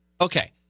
Okay